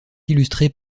illustrés